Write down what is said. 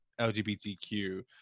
lgbtq